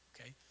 okay